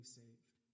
saved